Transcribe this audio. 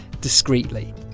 discreetly